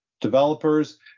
developers